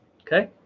Okay